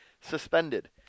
Suspended